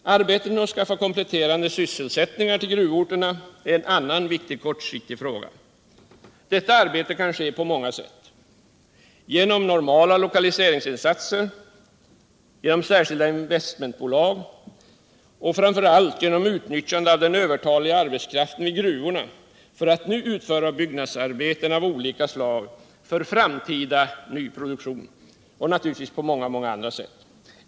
Arbetet med att skaffa kompletterande sysselsättning till gruvorterna är en annan viktig kortsiktig fråga. Detta arbete kan ske på många sätt: genom normala lokaliseringsinsatser, genom särskilda investmentbolag och framför allt genom utnyttjande av den övertaliga arbetskraften vid gruvorna för byggnadsarbeten av olika slag för framtida ny produktion och naturligtvis på många andra sätt.